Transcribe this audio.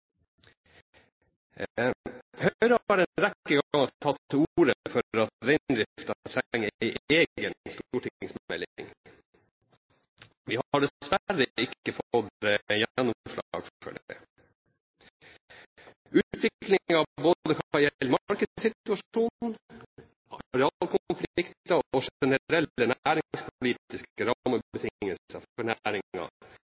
har en rekke ganger tatt til orde for at reindriften trenger en egen stortingsmelding. Vi har dessverre ikke fått gjennomslag for det. Utviklingen når det